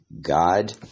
God